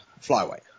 flyweight